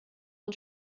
und